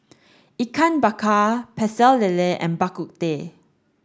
Ikan Bakar Pecel Lele and Bak Kut Teh